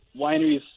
wineries